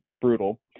brutal